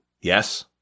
Yes